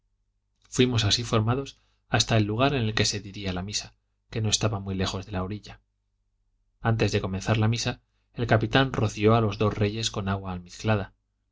fuimos así formados hasta el lugar en que se diría la misa que no estaba muy lejos de la orilla antes de comenzar la misa el capitán roció a los dos reyes con agua almizclada en